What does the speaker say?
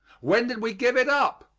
when did we give it up?